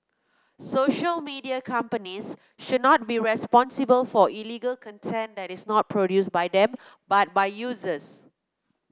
social media companies should not be responsible for illegal content that is not produced by them but by users